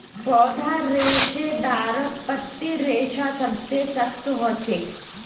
पौधार रेशेदारत पत्तीर रेशा सबसे सख्त ह छेक